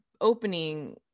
opening